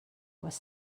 was